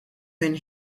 when